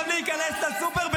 עכשיו להיכנס לסופר,